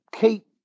keep